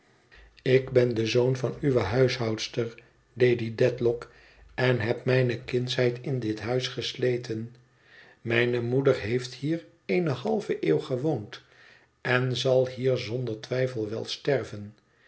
ik ben de zoon van uwe huishoudster lady dedlock en heb mijne kindsheid in dit huis gesleten mijne moeder heeft hier eene halve eeuw gewoond en zal hier zonder twijfel wel sterven